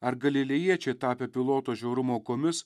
ar galilėjiečiai tapę piloto žiaurumo aukomis